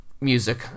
music